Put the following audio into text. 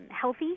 healthy